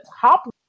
top